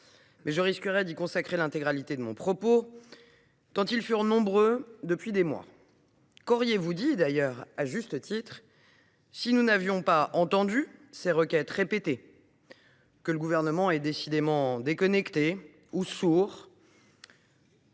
faisant, je risquerais d’y consacrer l’intégralité de mon propos, tant ces appels sont nombreux depuis des mois. Qu’auriez vous dit, d’ailleurs à juste titre, si nous n’avions pas entendu ces requêtes répétées, sinon que le Gouvernement est déconnecté, voire sourd